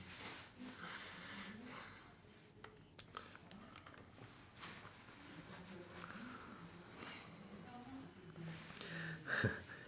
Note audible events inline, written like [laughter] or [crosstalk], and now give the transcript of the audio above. [laughs]